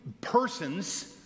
persons